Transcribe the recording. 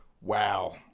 Wow